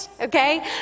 okay